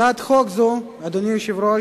הצעת החוק הזאת, אדוני היושב-ראש,